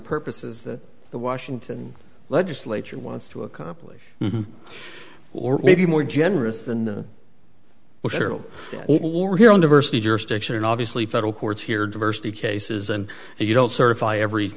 purposes that the washington legislature wants to accomplish or maybe more generous than the well general or here on diversity jurisdiction obviously federal courts here diversity cases and you don't certify every